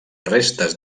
restes